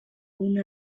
una